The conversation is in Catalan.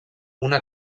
una